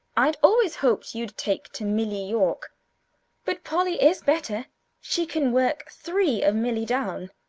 i'd always hoped you'd take to milly york but polly is better she can work three of milly down.